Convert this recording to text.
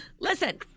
Listen